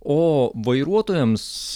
o vairuotojams